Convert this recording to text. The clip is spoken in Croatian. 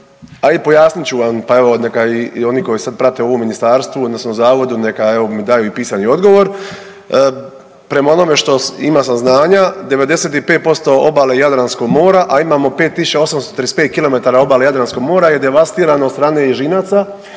a i pojasnit ću vam pa evo neka i oni koji sad prate ovo u ministarstvu odnosno zavodu neka evo mi daju i pisani odgovor. Prema onome što ima saznanja 95% obale Jadranskog mora, a imamo 5835 km obale Jadranskog mora je devastirano od strane ježinaca,